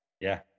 Yeah